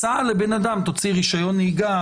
הצעה לבן אדם להוציא רישיון נהיגה,